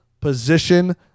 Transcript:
position